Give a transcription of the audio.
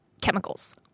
chemicals